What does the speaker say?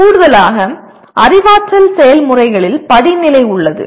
கூடுதலாக அறிவாற்றல் செயல்முறைகளில் படிநிலை உள்ளது